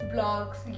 Blogs